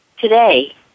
today